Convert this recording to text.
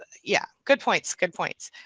yeah good points, good points.